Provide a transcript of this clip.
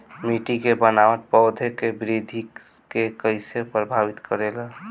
मिट्टी के बनावट पौधों की वृद्धि के कईसे प्रभावित करेला?